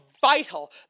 vital